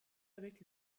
avec